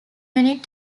unit